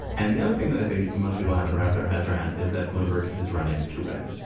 and the other thing that i think most people haven't wrap their heads around is that bloomberg is running to win.